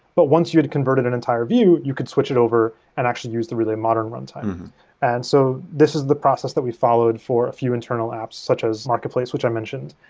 but once you had converted an entire view, you could switch it over and actually use the relay modern runtime and so this is the process that we followed for a few internal apps such as market place, which i mentioned.